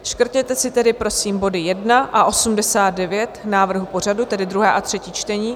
Škrtněte si tedy prosím body 1 a 89 návrhu pořadu, tedy druhé a třetí čtení.